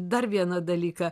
dar vieną dalyką